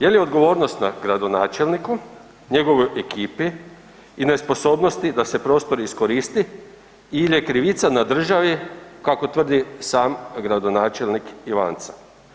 Je li odgovornost na gradonačelniku, njegovoj ekipi i nesposobnosti da se prostor iskoristi ili je krivica na državi kako tvrdi sam gradonačelnik Ivanca?